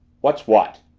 what's what?